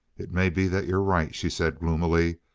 it may be that you're right, she said gloomily.